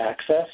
access